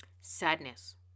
Sadness